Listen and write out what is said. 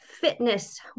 fitness